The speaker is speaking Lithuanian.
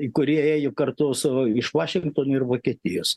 įkūrėjų kartu savo iš vašingtono ir vokietijos